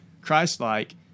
Christ-like